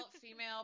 female